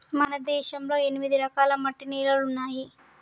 మన దేశంలో ఎనిమిది రకాల మట్టి నేలలున్నాయి